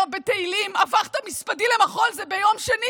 בתהילים "הפכת מספדי למחול" זה ביום שני,